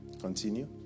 Continue